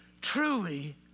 truly